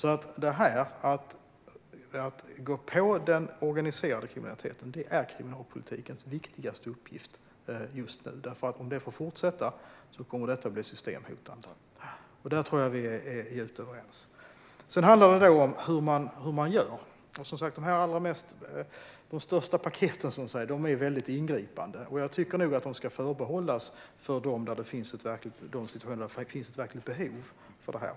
Att gå på den organiserade kriminaliteten är därför kriminalpolitikens viktigaste uppgift just nu, för om detta får fortsätta kommer det att bli systemhotande. Där tror jag att vi är helt överens. Sedan handlar det om hur man gör. De största paketen är väldigt ingripande, och jag tycker nog att de ska förbehållas de situationer där det finns ett verkligt behov av detta.